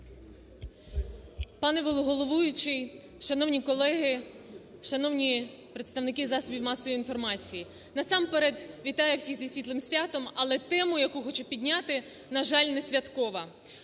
Пане головуючий, шановні колеги, шановні представники засобів масової інформації, насамперед вітаю всіх зі світлим святом, але тема, яку хочу підняти, на жаль, не святкова.